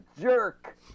jerk